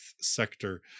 Sector